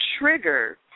trigger